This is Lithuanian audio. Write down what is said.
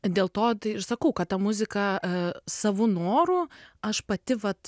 dėl to tai ir sakau kad ta muzika savu noru aš pati vat